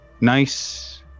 nice